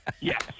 yes